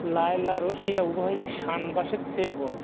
লায়লা রসিয়া উভয়ই শানবাসের চেয়ে বড়ো